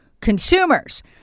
consumers